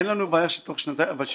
אין לנו בעיה שתוך שנתיים זה יקרה.